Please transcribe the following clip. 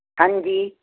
ਹਾਂਜੀ